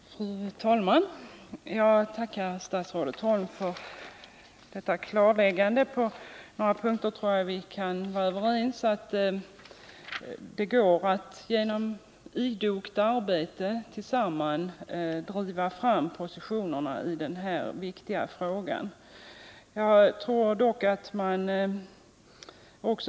Fru talman! Jag tackar statsrådet Holm för detta klarläggande. På några punkter tror jag att vi kan vara överens om att det går att genom idogt arbete tillsammans driva fram positionerna i den här viktiga frågan.